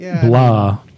Blah